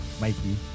Mikey